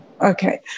Okay